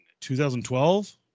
2012